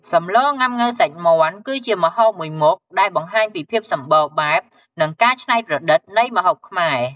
សម្លងុាំង៉ូវសាច់មាន់គឺជាម្ហូបមួយមុខដែលបង្ហាញពីភាពសម្បូរបែប និងការច្នៃប្រឌិតនៃម្ហូបខ្មែរ។